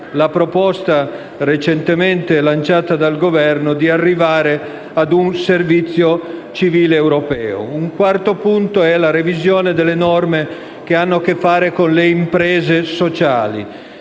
la proposta, recentemente lanciata dal Governo, di arrivare ad un servizio civile europeo. Un quarto punto è la revisione delle norme sulle imprese sociali.